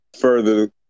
further